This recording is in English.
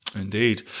Indeed